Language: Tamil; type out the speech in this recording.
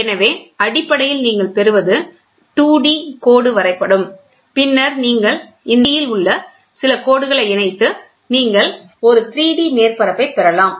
எனவே அடிப்படையில் நீங்கள் பெறுவது 2D கோடு வரைபடம் பின்னர் நீங்கள் இந்த 2D சில கோடுகளை இணைத்து நீங்கள் ஒரு 3D மேற்பரப்பை பெறலாம்